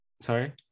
Sorry